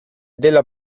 della